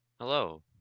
Hello